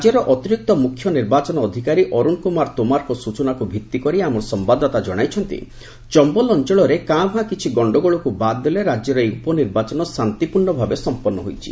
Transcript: ରାଜ୍ୟର ଅତିରିକ୍ତ ମୁଖ୍ୟ ନିର୍ବାଚନ ଅଧିକାରୀ ଅରୁଣ କୁମାର ତୋମାରଙ୍କ ସ୍ୱଚନାକୁ ଭିଭିକରି ଆମ ସମ୍ଭାଦଦାତା ଜଣାଇଛନ୍ତି ଚମ୍ଘଲ ଅଞ୍ଚଳରେ କାଁ ଭାଁ କିିିି ଗଣ୍ଡଗୋଳକୁ ବାଦ୍ ଦେଲେ ରାଜ୍ୟରେ ଏହି ଉପନିର୍ବାଚନ ଶାନ୍ତିପୂର୍ଣ୍ଣ ଭାବେ ସମ୍ପନ୍ନ ହୋଇଛି